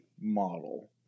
model